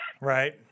right